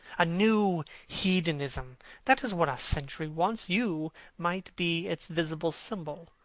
a new hedonism that is what our century wants. you might be its visible symbol.